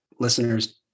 listeners